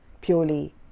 purely